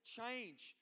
Change